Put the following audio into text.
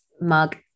mug